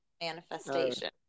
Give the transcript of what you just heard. Manifestation